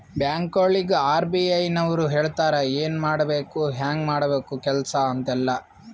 ಬ್ಯಾಂಕ್ಗೊಳಿಗ್ ಆರ್.ಬಿ.ಐ ನವ್ರು ಹೇಳ್ತಾರ ಎನ್ ಮಾಡ್ಬೇಕು ಹ್ಯಾಂಗ್ ಮಾಡ್ಬೇಕು ಕೆಲ್ಸಾ ಅಂತ್ ಎಲ್ಲಾ